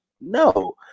No